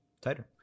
tighter